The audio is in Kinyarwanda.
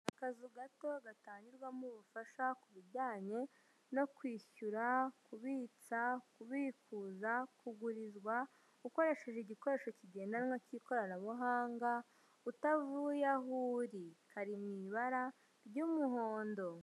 Akazu gato gatangirwamo ubufasha kubijyanye no kwishyura kubitsa, kubikuza, kugurizwa ukoresheje igikoresho kigendanwa cy'ikoranabuhanga utavuye aho uri kari m'ibara ry'umuhondo.